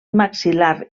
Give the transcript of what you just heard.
maxil·lar